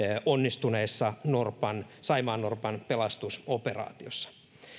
onnistuneessa saimaannorpan pelastusoperaatiossa